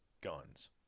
guns